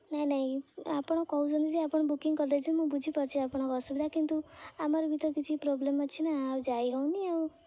ନାଇଁ ନାଇଁ ଆପଣ କହୁଛନ୍ତି ଯେ ଆପଣ ବୁକିଂ କରିଦେଇଛନ୍ତି ମୁଁ ବୁଝିପାରୁଚି ଆପଣଙ୍କ ଅସୁବିଧା କିନ୍ତୁ ଆମର ବି ତ କିଛି ପ୍ରୋବ୍ଲେମ୍ ଅଛି ନା ଆଉ ଯାଇ ହେଉନି ଆଉ